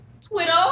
Twitter